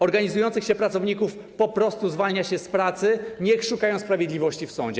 Organizujących się pracowników po prostu zwalnia się z pracy, niech szukają sprawiedliwości w sądzie.